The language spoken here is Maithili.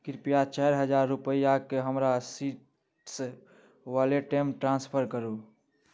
कृपया चारि हजार रुपैआके हमर सीट्स वॉलेटमे ट्रान्सफर करू